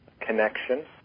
connection